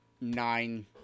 nine